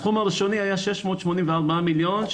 הסכום הראשוני היה 684 מיליון,